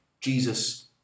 Jesus